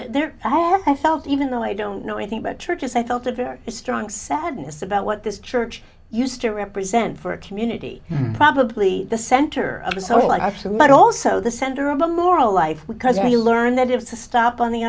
there i felt even though i don't know anything about churches i felt a very strong sadness about what this church used to represent for a community probably the center of a social life so much also the center of a moral life because if you learn that you have to stop on the